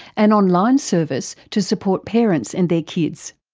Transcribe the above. an online service to support parents and their kids.